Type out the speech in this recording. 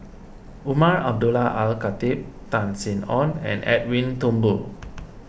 Umar Abdullah Al Khatib Tan Sin Aun and Edwin Thumboo